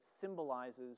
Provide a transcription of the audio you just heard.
symbolizes